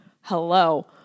Hello